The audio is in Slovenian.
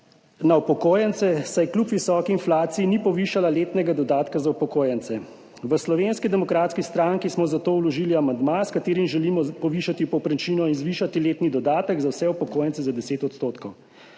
na upokojence, saj kljub visoki inflaciji ni povišala letnega dodatka za upokojence. V Slovenski demokratski stranki smo zato vložili amandma, s katerim želimo povišati povprečnino in zvišati letni dodatek za vse upokojence za 10 %.